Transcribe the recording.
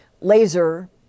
Laser